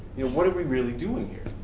what are we really doing here?